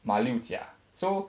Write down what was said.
马六甲 so